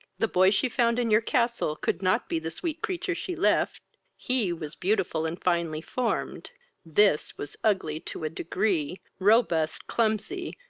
the boy she found in your castle could not be the sweet creature she left he was beautiful and finely formed this was ugly to a degree, robust, clumsy,